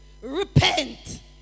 Repent